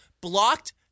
Blocked